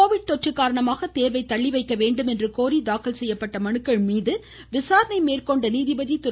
Covid தொற்று காரணமாக தேர்வை தள்ளிவைக்க வேண்டும் என்று கோரி தாக்கல் செய்யப்பட்ட மனுக்கள் மீது விசாரணை மேற்கொண்ட நீதிபதி திரு